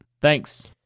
Thanks